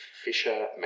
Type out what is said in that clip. Fisher